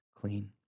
clean